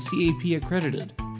CAP-accredited